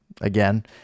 again